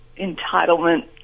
entitlement